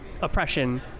oppression